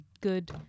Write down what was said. good